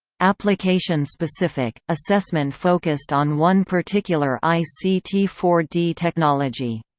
application-specific assessment focused on one particular i c t four d technology.